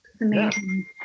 amazing